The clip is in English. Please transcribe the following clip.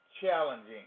challenging